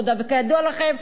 וכידוע לכם,